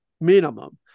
minimum